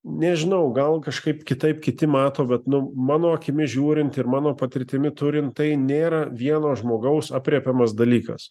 nežinau gal kažkaip kitaip kiti mato bet nu mano akimis žiūrint ir mano patirtimi turint tai nėra vieno žmogaus aprėpiamas dalykas